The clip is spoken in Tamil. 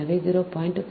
எனவே 0